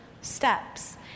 steps